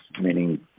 meaning